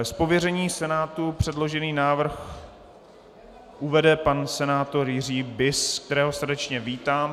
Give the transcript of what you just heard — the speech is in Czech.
Z pověření Senátu předložený návrh uvede pan senátor Jiří Bis, kterého srdečně vítám.